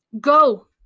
go